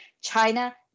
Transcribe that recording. China